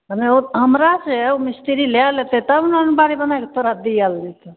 हमे ओ हमरा से मिस्त्री लै लेतै तब ने अनमारी बनाके तोरा दिएल जेतै